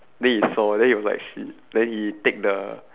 then he saw then he was like shit then he take the